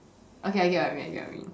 okay I get what you mean I get what you mean